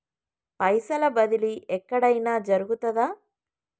పైసల బదిలీ ఎక్కడయిన జరుగుతదా?